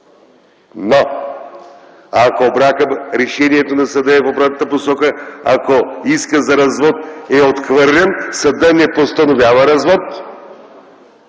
Но, ако решението на съда е в обратната посока, ако искът за развод е отхвърлен, съдът не постановява развод,